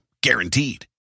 Guaranteed